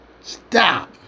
stop